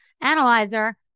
analyzer